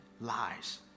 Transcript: lies